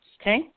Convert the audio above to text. Okay